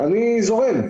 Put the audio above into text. אני זורם.